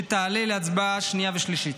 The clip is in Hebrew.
שתעלה להצבעה בקריאה שנייה ושלישית.